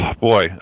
boy